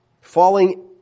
Falling